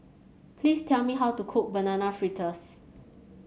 please tell me how to cook Banana Fritters